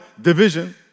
division